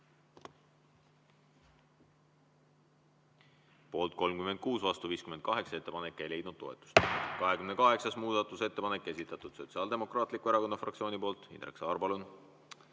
Poolt 37, vastu 58. Ettepanek ei leidnud toetust.37. muudatusettepanek, esitatud Sotsiaaldemokraatliku Erakonna fraktsiooni poolt. Indrek Saar, palun!